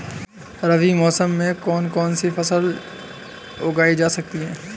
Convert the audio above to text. रबी मौसम में कौन कौनसी फसल उगाई जा सकती है?